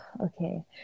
okay